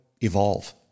evolve